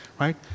right